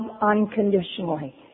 unconditionally